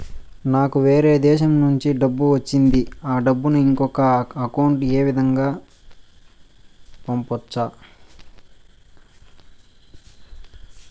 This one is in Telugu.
నాకు వేరే దేశము నుంచి డబ్బు వచ్చింది ఆ డబ్బును ఇంకొక అకౌంట్ ఏ విధంగా గ పంపొచ్చా?